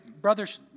brothers